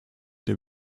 der